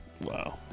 Wow